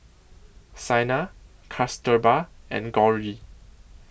Saina Kasturba and Gauri